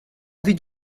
did